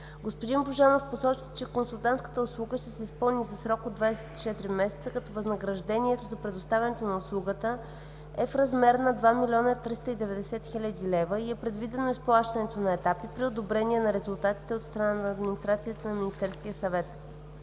Господин Божанов посочи, че консултантската услуга ще се изпълни за срок от 24 месеца, като възнаграждението за предоставянето на услугата е в размер на 2 390 000 лв. и е предвидено изплащането на етапи при одобрение на резултатите от страна на администрацията на Министерския съвет.